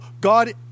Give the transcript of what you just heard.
God